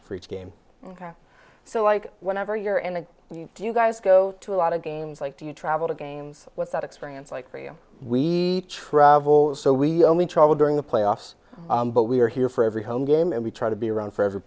for each game ok so like whenever you're and you do you guys go to a lot of games like do you travel to games what's that experience like for you we travel so we only travel during the playoffs but we are here for every home game and we try to be around for ever